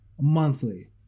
monthly